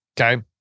Okay